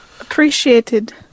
Appreciated